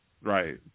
Right